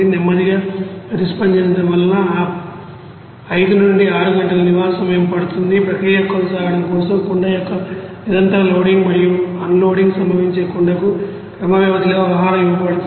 నెమ్మదిగా ప్రతిస్పందించడం వలన ఆ 5 నుండి 6 గంటల నివాస సమయం పడుతుంది ప్రక్రియ కొనసాగడం కోసం కుండ యొక్క నిరంతర లోడింగ్ మరియు అన్లోడింగ్ సంభవించే కుండకు క్రమ వ్యవధిలో ఆహారం ఇవ్వబడుతుంది